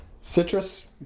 Citrus